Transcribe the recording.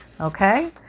Okay